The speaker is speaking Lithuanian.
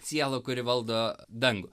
siela kuri valdo dangų